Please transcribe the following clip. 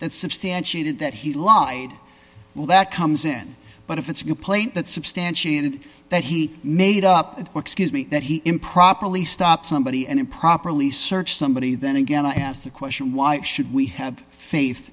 that substantiated that he lied well that comes in but if it's your plate that substantiated that he made up or excuse me that he improperly stop somebody and improperly search somebody then again i ask the question why should we have faith